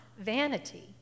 vanity